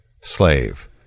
Slave